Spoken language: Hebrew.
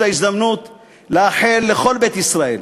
את ההזדמנות לאחל לכל בית ישראל